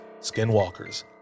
skinwalkers